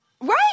right